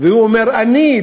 והוא אומר: אני,